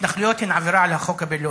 ההתנחלויות הן עבירה על החוק הבין-לאומי.